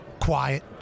quiet